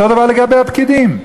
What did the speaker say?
אותו דבר לגבי הפקידים.